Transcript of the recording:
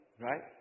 Right